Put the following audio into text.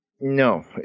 No